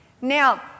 Now